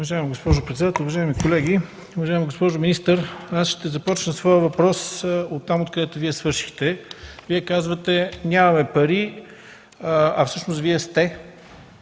Уважаема госпожо председател, уважаеми колеги! Уважаема госпожо министър, ще започна своя въпрос оттам, откъдето Вие свършихте. Вие казвате, че нямаме пари, а всъщност сте